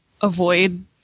avoid